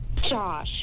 Josh